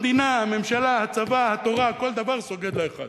המדינה, הממשלה, הצבא, התורה, כל דבר סוגד לאחד.